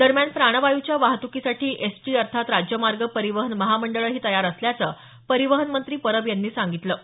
दरम्यान प्राणवायूच्या वाहतुकीसाठी एसटी अर्थात राज्य मार्ग परिवहन महामंडळही तयार असल्याचं परिवहन मंत्री परब यांनी सांगितलं आहे